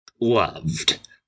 loved